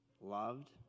loved